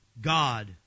God